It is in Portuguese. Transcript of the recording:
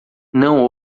não